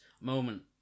moment